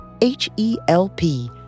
H-E-L-P